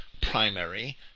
primary